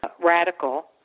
radical